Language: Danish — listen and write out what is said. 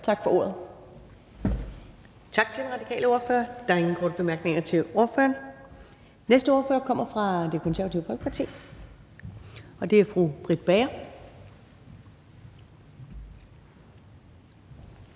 Ellemann): Tak til den radikale ordfører. Der er ingen korte bemærkninger til ordføreren. Næste ordfører kommer fra Det Konservative Folkeparti, og det er fru Britt Bager.